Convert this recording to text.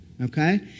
okay